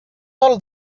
all